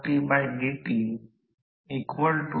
आणि म्हणून s 1 n ns हे समीकरण 5 आहे असे म्हणतात